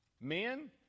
Men